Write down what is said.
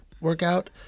workout